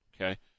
okay